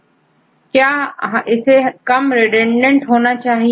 छात्र इसे कम रिडंडेंट होना चाहिए